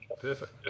Perfect